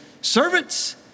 servants